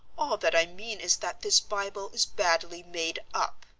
that i mean is that this bible is badly made up.